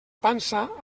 pansa